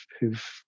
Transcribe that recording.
who've